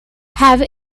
have